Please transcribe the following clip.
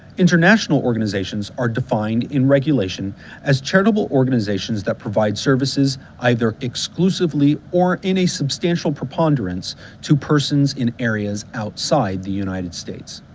international organizations are defined in regulation as charitable organizations that provide services either exclusively or in a substantial preponderance to persons in areas outside of the united states.